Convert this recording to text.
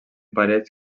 parets